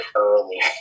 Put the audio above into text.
early